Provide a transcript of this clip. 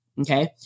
Okay